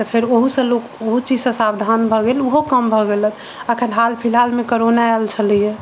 फेर ओहू सॅं लोक ओहो चीजसॅं सावधान भऽ गेल ओहू कम भऽ गेलै अखन हाल फिलहाल मे करोना आयल छलय